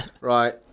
Right